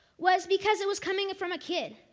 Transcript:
was because it was coming from a kid.